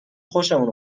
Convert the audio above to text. خوشمون